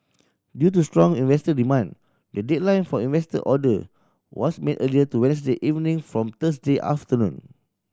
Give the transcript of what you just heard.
due to strong investor demand the deadline for investor order was made earlier to Wednesday evening from Thursday afternoon